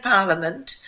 Parliament